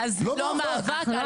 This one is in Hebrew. לא מאבק.